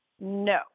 No